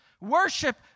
Worship